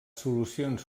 solucions